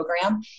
program